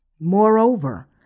Moreover